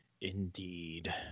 Indeed